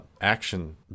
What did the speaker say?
action